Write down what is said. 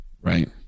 Right